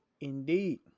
indeed